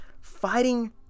fighting